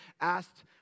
asked